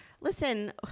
listen